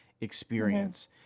experience